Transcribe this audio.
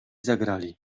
zagrali